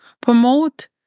promote